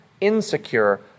Insecure